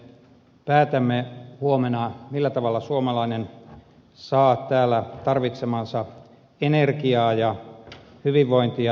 me päätämme huomenna millä tavalla suomalainen saa täällä tarvitsemaansa energiaa ja hyvinvointia